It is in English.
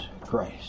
Christ